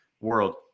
world